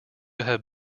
have